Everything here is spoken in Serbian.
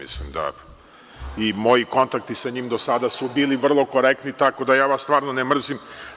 I moji kontakti sa njim do sada su bili vrlo korektni, tako da ja vas stvarno ne mrzim.